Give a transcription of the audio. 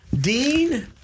Dean